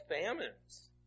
Famines